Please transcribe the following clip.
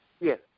Yes